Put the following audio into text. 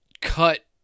cut